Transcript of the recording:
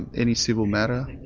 and any civil matter,